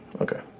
okay